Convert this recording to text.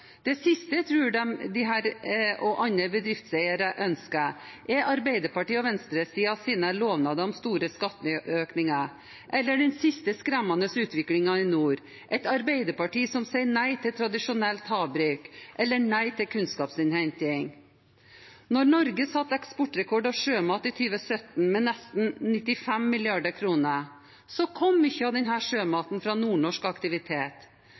Det siste jeg tror disse og andre bedriftseiere ønsker, er Arbeiderpartiet og venstresidens lovnader om store skatteøkninger, eller den siste skremmende utviklingen i nord – et Arbeiderparti som sier nei til tradisjonelt havbruk, eller nei til kunnskapsinnhenting. Da Norge satte rekord i eksport av sjømat i 2017 med nesten 95 mrd. kr, kom mye av denne sjømaten fra nordnorsk aktivitet.